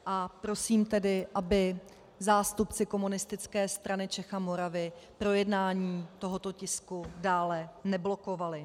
A prosím tedy, aby zástupci Komunistické strany Čech a Moravy projednání tohoto tisku dále neblokovali.